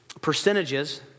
percentages